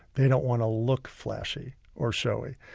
they don't want to look flashy or showy.